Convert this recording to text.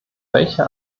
welche